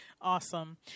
Awesome